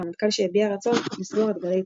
הרמטכ"ל שהביע רצון לסגור את גלי צה"ל.